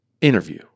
interview